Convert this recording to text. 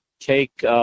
take